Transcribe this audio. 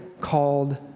called